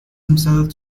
himself